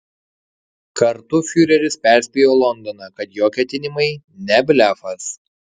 kartu fiureris perspėjo londoną kad jo ketinimai ne blefas